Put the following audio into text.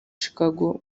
chicago